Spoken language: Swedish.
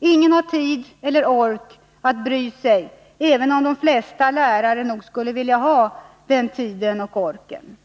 Ingen har tid eller ork att bry sig om, även om de flesta lärare nog skulle vilja ha den tiden och orken.